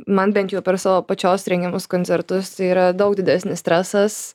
man bent jo per savo pačios rengiamus koncertus yra daug didesnis stresas